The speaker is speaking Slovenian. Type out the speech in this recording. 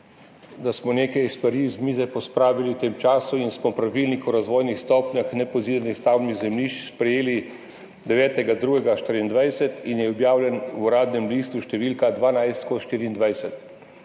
da smo nekaj stvari z mize pospravili v tem času in smo Pravilnik o razvojnih stopnjah nepozidanih stavbnih zemljišč sprejeli 9. 2. 2024 in je objavljen v Uradnem listu številka 12/2024.